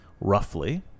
roughly